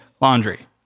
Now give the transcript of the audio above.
laundry